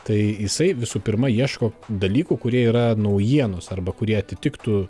tai jisai visų pirma ieško dalykų kurie yra naujienos arba kurie atitiktų